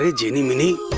ah genie meanie,